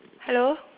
hello